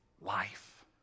life